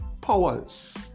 powers